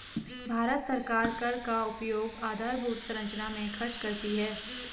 भारत सरकार कर का उपयोग आधारभूत संरचना में खर्च करती है